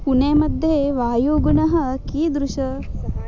पुने मध्ये वायुगुणः कीदृशः